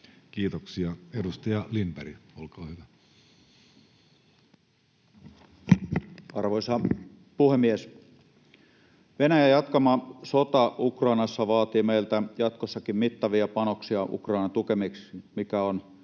Kiitoksia. — Edustaja Lindberg, olkaa hyvä. Arvoisa puhemies! Venäjän jatkama sota Ukrainassa vaatii meiltä jatkossakin mittavia panoksia Ukrainan tukemiseksi, mitä on